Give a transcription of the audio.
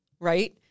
Right